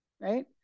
right